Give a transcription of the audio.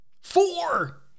Four